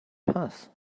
path